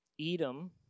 Edom